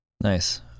Nice